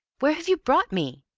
where have you brought me?